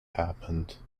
happened